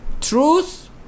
truth